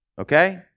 Okay